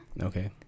okay